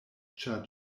ĉar